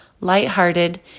lighthearted